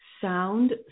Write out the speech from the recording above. sound